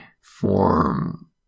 form